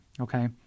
okay